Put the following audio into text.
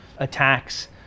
attacks